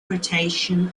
rotation